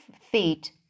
feet